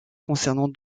concernant